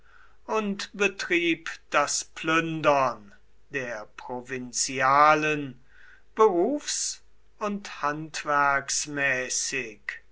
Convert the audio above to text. und betrieb das plündern der provinzialen berufs und